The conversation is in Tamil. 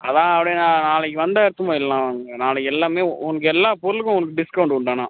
அதான் அப்படியே நான் நாளைக்கு வந்தா எடுத்துன்னு போய்லாம் வாங்க நாளைக்கு எல்லாமே உனக்கு எல்லா பொருளுக்கும் உங்களுக்கு டிஸ்கௌண்ட் உண்டு ஆனால்